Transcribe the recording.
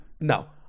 No